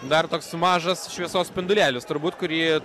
dar toks mažas šviesos spindulėlis turbūt kurį